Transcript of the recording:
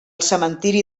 cementiri